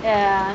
ya